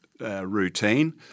routine